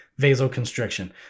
vasoconstriction